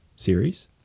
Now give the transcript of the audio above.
series